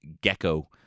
Gecko